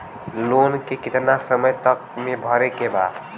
Loan के कितना समय तक मे भरे के बा?